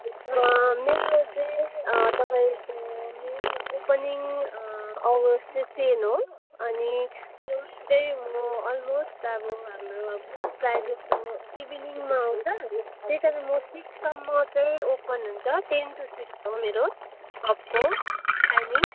मैले चाहिँ तपाईँको मेन ओपेनिङ आवर्स चाहिँ टेन हो अनि क्लोज चाहिँ म अलमोस्ट अब हाम्रो प्रायःजसो इभिनिङमा आउँछ त्यही कारण म सिक्ससम्म चाहिँ ओपन हुन्छ टेन टु सिक्स हो मेरो सपको टाइमिङ